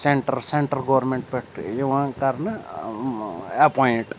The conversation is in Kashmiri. سٮ۪نٹَر سٮ۪نٹَر گورمٮ۪نٛٹ پٮ۪ٹھ یِوان کَرنہٕ اٮ۪پویِنٛٹ